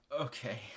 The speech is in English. Okay